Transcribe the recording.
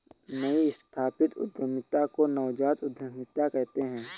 नई स्थापित उद्यमिता को नवजात उद्दमिता कहते हैं